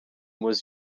was